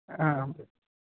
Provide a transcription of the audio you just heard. ആ